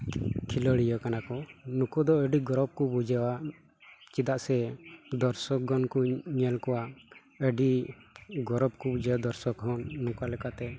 ᱠᱷᱤᱞᱟᱹᱲᱤᱭᱟᱹ ᱠᱟᱱᱟ ᱠᱚ ᱱᱩᱠᱩ ᱫᱚ ᱟ ᱰᱤ ᱜᱚᱨᱚᱵᱽ ᱠᱚ ᱵᱩᱡᱷᱟᱹᱣᱟ ᱪᱮᱫᱟᱜ ᱥᱮ ᱫᱚᱨᱥᱚᱠ ᱜᱚᱱ ᱠᱩᱧ ᱧᱮᱞ ᱠᱚᱣᱟ ᱟᱹᱰᱤ ᱜᱚᱨᱚᱵᱽ ᱠᱚ ᱵᱩᱡᱷᱟᱹᱣᱟ ᱫᱚᱨᱥᱚᱠ ᱠᱷᱚᱱ ᱱᱚᱝᱠᱟ ᱞᱮᱠᱟᱛᱮ